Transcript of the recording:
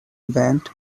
band